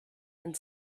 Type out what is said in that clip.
and